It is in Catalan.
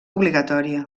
obligatòria